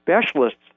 specialists